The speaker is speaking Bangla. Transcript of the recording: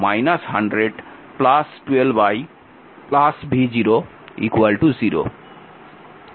এটি হল নম্বর সমীকরণ